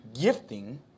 gifting